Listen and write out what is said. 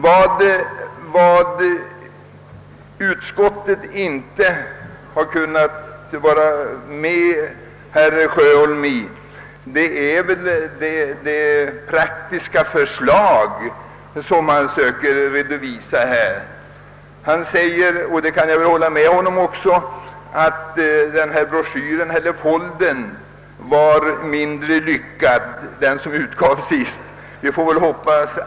Vad utskottet inte har kunnat vara med om är det praktiska förslag som herr Sjöholm lagt fram. Herr Sjöholm säger — och därvidlag kan jag hålla med honom — att den folder med anvisningar som senast utgavs var mindre lyckad.